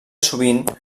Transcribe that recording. sovint